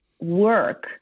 work